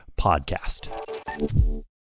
podcast